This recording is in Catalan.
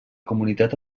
comunitat